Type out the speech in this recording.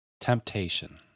Temptation